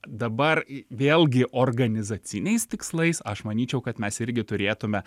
dabar vėlgi organizaciniais tikslais aš manyčiau kad mes irgi turėtume